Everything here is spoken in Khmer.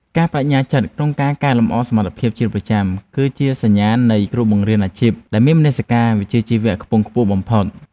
ការប្តេជ្ញាចិត្តក្នុងការកែលម្អសមត្ថភាពជាប្រចាំគឺជាសញ្ញាណនៃគ្រូបង្រៀនអាជីពដែលមានមនសិការវិជ្ជាជីវៈខ្ពង់ខ្ពស់បំផុត។